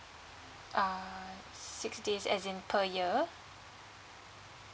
err six days as in per year